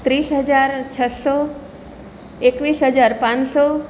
ત્રીસ હજાર છસો એકવીસ હજાર પાંચસો